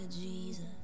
Jesus